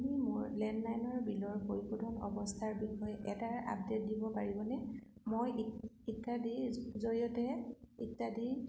আপুনি মোৰ লেণ্ডলাইন বিলৰ পৰিশোধৰ অৱস্থাৰ বিষয়ে এটা আপডেট দিব পাৰিবনে মই ইত্যাদিৰ জৰিয়তে ইত্যাদি